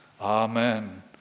Amen